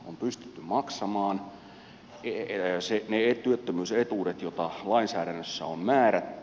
on pystytty maksamaan ne työttömyysetuudet jotka lainsäädännössä on määrätty